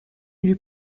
lui